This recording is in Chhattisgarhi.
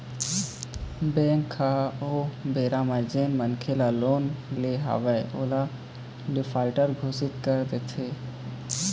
बेंक ह ओ बेरा म जेन मनखे ह लोन ले हवय ओला डिफाल्टर घोसित कर देथे